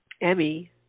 Emmy